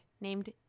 named